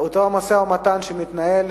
אותו משא-ומתן שמתנהל